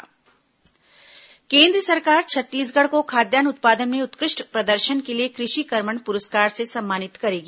कृषि कर्मण प्रस्कार केन्द्र सरकार छत्तीसगढ़ को खाद्यान्न उत्पादन में उत्कृष्ट प्रदर्शन के लिए कृषि कर्मण प्रस्कार से सम्मानित करेगी